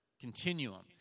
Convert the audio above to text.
continuum